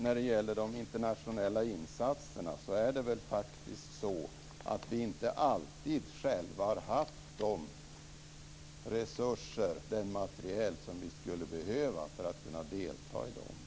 När det gäller de internationella insatserna är det faktiskt så att vi inte alltid själva har haft de resurser och den materiel som vi skulle behöva för att kunna delta i dem.